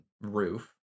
roof